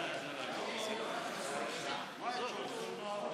החדש (הוראת שעה) (הגבלת פעילות